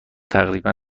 تقریبا